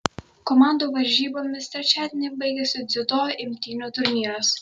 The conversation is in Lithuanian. komandų varžybomis trečiadienį baigiasi dziudo imtynių turnyras